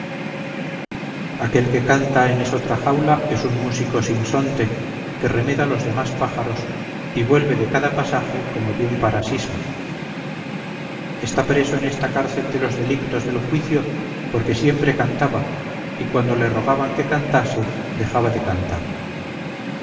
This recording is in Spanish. aquel que canta en esotra jaula es un músico sinsonte que remeda los demás pájaros y vuelve de cada pasaje como de un parasismo está preso en esta cárcel de los delictos del juicio porque siempre cantaba y cuando le rogaban que cantase dejaba de cantar